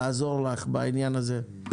לעזור לך בעניין הזה.